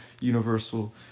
universal